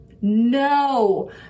no